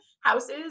houses